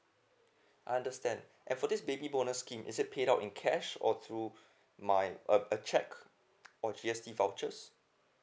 I understand and for this baby bonus scheme is it paid out in cash or through my uh a cheque or G_S_T vouchers